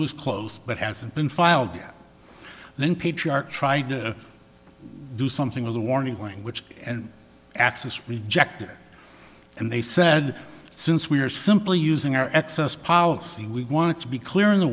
was close but hasn't been filed yet then patriarch tried to do something with a warning language and access rejected and they said since we are simply using our access policy we wanted to be clear in the